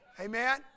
Amen